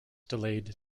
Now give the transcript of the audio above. delayed